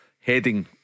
heading